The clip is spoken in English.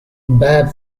bad